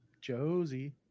Josie